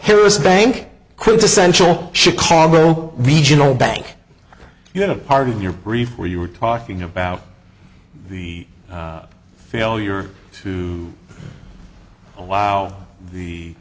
harris bank quintessential chicago regional bank you know part of your brief where you were talking about the failure to allow the